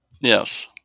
Yes